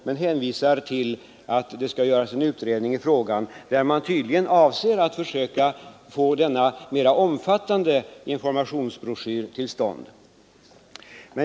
Man hänvisar till att det skall göras en utredning, som tydligen avser att försöka få till stånd en mera omfattande informationsbroschyr.